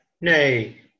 nay